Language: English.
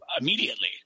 immediately